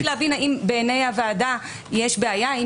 לא הצלחתי להבין האם בעיני הוועדה יש בעיה עם